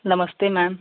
नमस्ते मैम